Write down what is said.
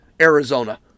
Arizona